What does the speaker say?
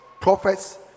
prophets